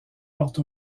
porte